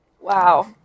Wow